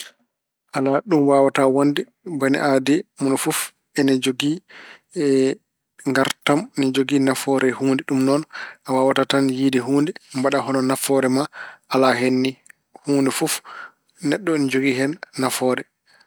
Alaa, ɗum waawataa wonde. Bani aadee, mone fof ene jogii ngaartam, ene jogii nafoore e huunde. Ɗum noon a waawataa tan yiyde huunde mbaɗa hono nafoore ma alaa hen ni. Huunde fof, neɗɗo ene jogii hen nafoore.